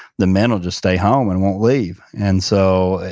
the men will just stay home and won't leave. and so,